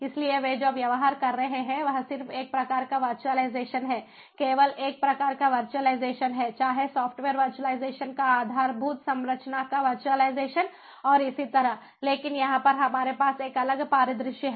इसलिए वे जो व्यवहार कर रहे हैं वह सिर्फ एक प्रकार का वर्चुअलाइजेशन है केवल एक प्रकार का वर्चुअलाइजेशन है चाहे सॉफ्टवेयर वर्चुअलाइजेशन का आधारभूत संरचना का वर्चुअलाइजेशन और इसी तरह लेकिन यहां पर हमारे पास एक अलग परिदृश्य है